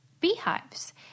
beehives